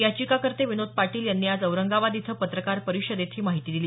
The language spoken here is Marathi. याचिकाककर्ते विनोद पाटील यांनी आज औरंगाबाद इथं पत्रकार परिषदेत ही माहिती दिली